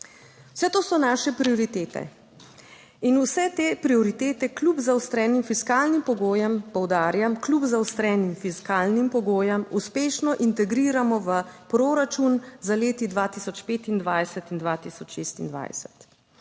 Vse to so naše prioritete in vse te prioritete kljub zaostrenim fiskalnim pogojem, poudarjam, kljub zaostrenim fiskalnim pogojem, uspešno integriramo v proračun za leti 2025 in 2026.